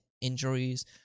injuries